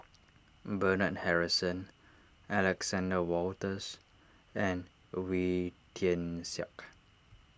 Bernard Harrison Alexander Wolters and Wee Tian Siak